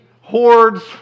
hordes